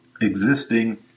existing